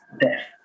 death